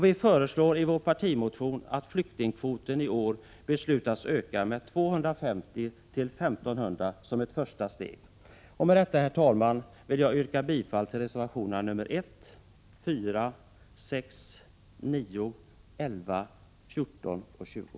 Vi föreslår i vår partimotion att flyktingkvoten i år skall öka med 250 flyktingar till 1 500 som ett första steg. Med detta, herr talman, yrkar jag bifall till reservationerna 1,4,6,9,11, 14 och 20.